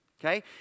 Okay